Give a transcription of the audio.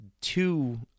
two